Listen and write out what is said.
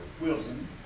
Wilson